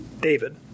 David